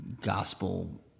gospel